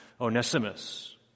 Onesimus